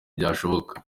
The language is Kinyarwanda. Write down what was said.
byashoboka